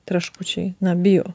traškučiai na bio